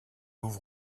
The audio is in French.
ouvre